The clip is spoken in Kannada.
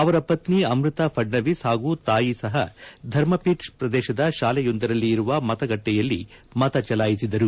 ಅವರ ಪತ್ನಿ ಅಮ್ಬತ ಫಡ್ನವೀಸ್ ಹಾಗೂ ತಾಯಿ ಸಹ ಧರ್ಮಪೀಠ್ ಪ್ರದೇಶದ ಶಾಲೆಯೊಂದರಲ್ಲಿ ಇರುವ ಮತಗಟ್ಲೆಯಲ್ಲಿ ಮತ ಚಲಾಯಿಸಿದರು